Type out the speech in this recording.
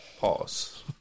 Pause